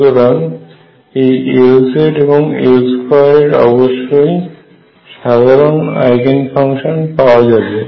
সুতরাং এই Lz এবং L2 এর অবশ্যই সাধারণ আইগেন ফাংশন পাওয়া যাবে